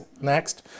next